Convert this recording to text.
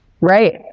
Right